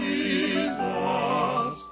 Jesus